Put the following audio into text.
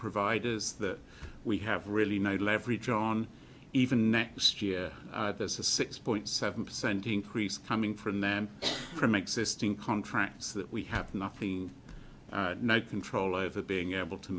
providers that we have really no leverage on even next year there's a six point seven percent increase coming from them from existing contracts that we have nothing no control over being able to